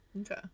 okay